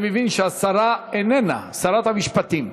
אני מבין שהשרה איננה, שרת המשפטים.